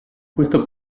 questo